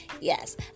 yes